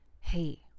hey